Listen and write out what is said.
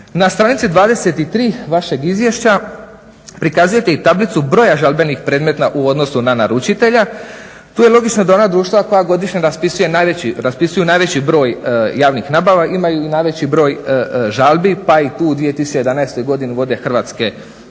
Na stranici 23. vašeg izvješća prikazujete i tablicu broja žalbenih predmeta u odnosu na naručitelja. Tu je logično da ona društva koja godišnju raspisuju najveći broj javnih nabava imaju i najveći broj žalbi pa i tu u 2011. godini vode Hrvatske vode,